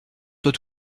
doit